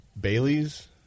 Baileys